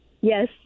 Yes